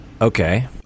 Okay